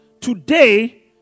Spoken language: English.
today